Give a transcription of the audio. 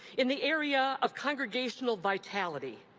in the area of congregational vitality,